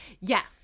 yes